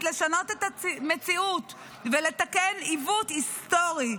לשנות את המציאות ולתקן עיוות היסטורי.